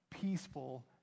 peaceful